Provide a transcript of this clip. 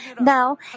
Now